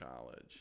college